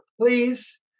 Please